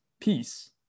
peace